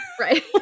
Right